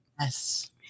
Yes